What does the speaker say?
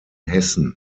hessen